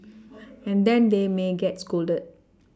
and then they may get scolded